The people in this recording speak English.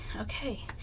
okay